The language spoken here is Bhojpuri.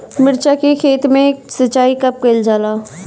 मिर्चा के खेत में सिचाई कब कइल जाला?